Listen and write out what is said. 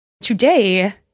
Today